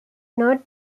not